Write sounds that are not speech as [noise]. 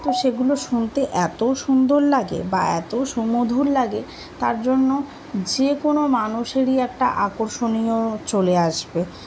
তো সেগুলো শুনতে এতো সুন্দর লাগে বা এত সুমধুর লাগে তার জন্য যে কোনো মানুষেরই একটা আকর্ষণ [unintelligible] চলে আসবে